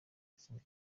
ikinga